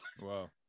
Wow